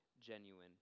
genuine